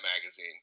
magazine